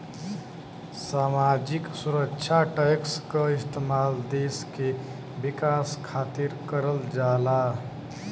सामाजिक सुरक्षा टैक्स क इस्तेमाल देश के विकास खातिर करल जाला